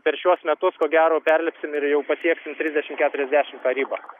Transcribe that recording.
per šiuos metus ko gero perlipsim ir jau pasieksim trisdešim keturiasdešim ribą